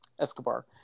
escobar